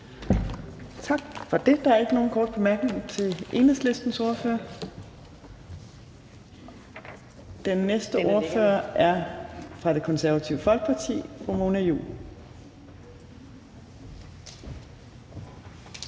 Tak for det. Der er ikke nogen korte bemærkninger til Enhedslistens ordfører. Den næste ordfører er fra Det Konservative Folkeparti, og det